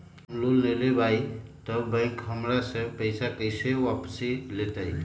हम लोन लेलेबाई तब बैंक हमरा से पैसा कइसे वापिस लेतई?